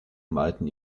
malten